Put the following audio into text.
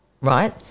right